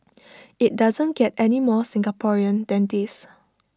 IT doesn't get any more Singaporean than this